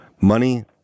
Money